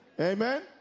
amen